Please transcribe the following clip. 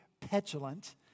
petulant